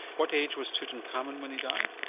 what age was tutankhamen when he died?